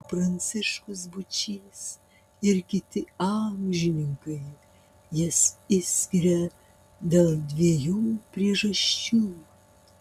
o pranciškus būčys ir kiti amžininkai jas išskiria dėl dviejų priežasčių